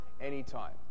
anytime